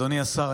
אדוני השר,